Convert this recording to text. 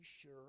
sure